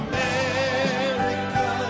America